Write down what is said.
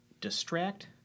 distract